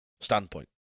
standpoint